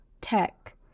tech